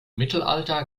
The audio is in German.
mittelalter